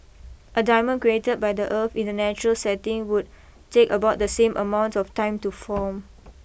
a diamond created by the earth in a natural setting would take about the same amount of time to form